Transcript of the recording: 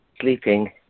sleeping